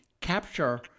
capture